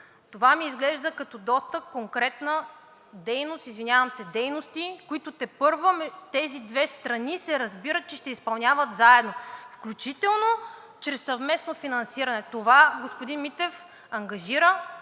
Това ми изглежда като доста конкретна дейност, извинявам се, дейности, които тепърва тези две страни се разбират, че ще изпълняват заедно, включително чрез съвместно финансиране. Това, господин Митев, ангажира